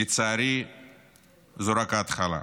ולצערי זאת רק ההתחלה.